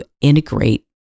integrate